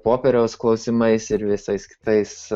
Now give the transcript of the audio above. popieriaus klausimais ir visais kitais